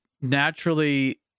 naturally